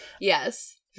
Yes